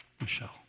Michelle